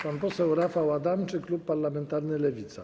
Pan poseł Rafał Adamczyk, klub parlamentarny Lewica.